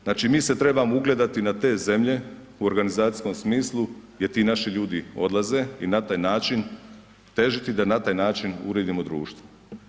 Znači mi se trebamo ugledati na te zemlje u organizacijskom smislu gdje ti naši ljudi odlaze i na taj način, težiti da na taj način uredimo društvo.